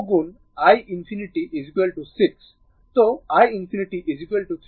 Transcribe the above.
তো i ∞ 3 ampere